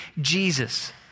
Jesus